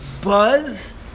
buzz